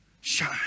Shine